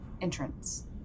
entrance